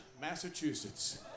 Massachusetts